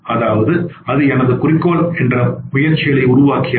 அதாவது அது எனது குறிக்கோள் என்ற முயற்சிகளை உருவாக்குகிறது